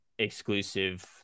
Exclusive